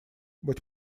быть